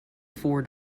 four